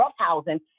roughhousing